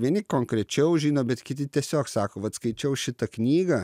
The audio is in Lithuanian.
vieni konkrečiau žino bet kiti tiesiog sako vat skaičiau šitą knygą